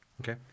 Okay